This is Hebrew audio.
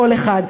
כל אחד,